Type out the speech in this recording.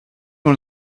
one